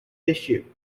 issue